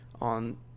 on